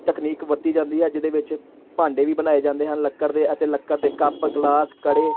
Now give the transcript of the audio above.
ਤਕਨੀਕ ਵਰਤੀ ਜਾਂਦੀ ਆ ਜਿਹਦੇ ਵਿੱਚ ਭਾਂਡੇ ਵੀ ਬਣਾਏ ਜਾਂਦੇ ਹਨ ਲੱਕੜ ਦੇ ਅਤੇ ਲੱਕੜ ਦੇ ਕੱਪ ਗਲਾਸ ਕੜੇ